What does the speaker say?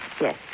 Yes